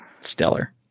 stellar